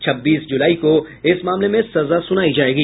छब्बीस जुलाई को इस मामले में सजा सुनायी जायेगी